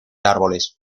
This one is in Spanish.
árboles